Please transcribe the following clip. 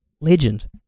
legend